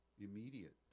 immediate